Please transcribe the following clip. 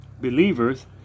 believers